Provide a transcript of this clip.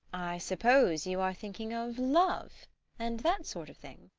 suppose you are thinking of love and that sort of thing.